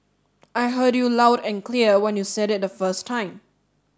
I heard you loud and clear when you said it the first time